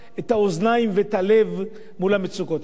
את האוזניים ואת הלב מול המצוקות האלה?